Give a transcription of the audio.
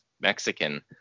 Mexican